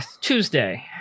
Tuesday